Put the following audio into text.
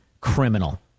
criminal